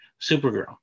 Supergirl